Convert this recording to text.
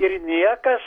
ir niekas